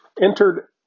entered